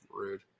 Rude